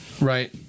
Right